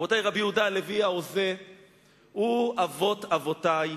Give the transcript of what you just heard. רבותי, רבי יהודה הלוי ההוזה הוא מאבות אבותי,